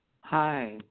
Hi